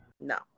No